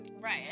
Right